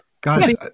guys